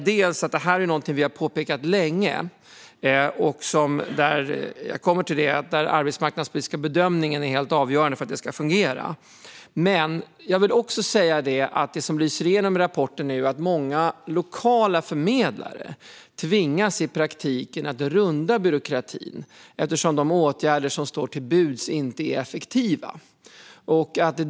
Detta är någonting som vi har påpekat länge och där - jag kommer till det - den arbetsmarknadspolitiska bedömningen är helt avgörande för att det ska fungera. Men det som också lyser igenom i rapporten är att många lokala förmedlare i praktiken tvingas att runda byråkratin, eftersom de åtgärder som står till buds inte är effektiva.